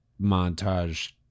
montage